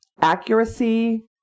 accuracy